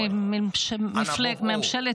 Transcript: מדינת